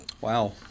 Wow